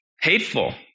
Hateful